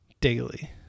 daily